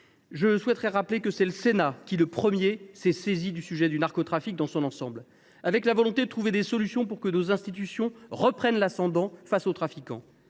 conclusion, je rappelle que c’est le Sénat qui, le premier, s’est saisi du sujet du narcotrafic dans son ensemble, en ayant la volonté de trouver des solutions pour que nos institutions reprennent l’ascendant face aux trafiquants.